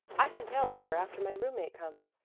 i can tell better after my roommate comes.